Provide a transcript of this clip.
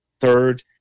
Third